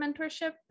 mentorship